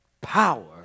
power